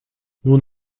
nun